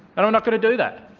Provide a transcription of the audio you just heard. and i'm not going to do that.